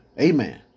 Amen